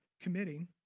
committing